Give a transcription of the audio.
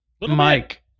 Mike